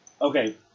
Okay